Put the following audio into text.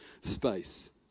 space